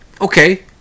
Okay